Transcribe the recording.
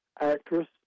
Actress